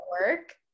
work